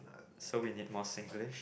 so we need more Singlish